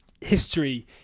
history